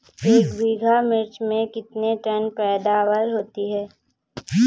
एक बीघा मिर्च में कितने टन पैदावार होती है?